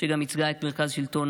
שגם ייצגה את מרכז השלטון